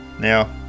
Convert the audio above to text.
Now